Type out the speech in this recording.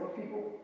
people